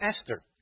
Esther